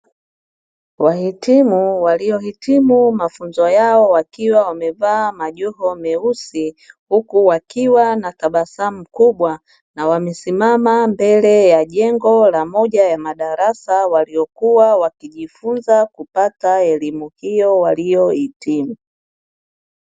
Wahitimu waliohitimu mafunzo yao, wakiwa wamevaa majoho meusi, huku wakiwa na tabasamu kubwa na wamesimama mbele ya jengo la moja ya madarasa waliokuwa wakijifunza kupata elimu hiyo waliohitimu.